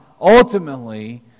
ultimately